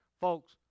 Folks